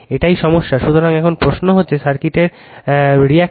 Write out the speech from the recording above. এটাই সমস্যা সুতরাং এখন প্রশ্ন হচ্ছে সার্কিটের প্রতিবন্ধকতা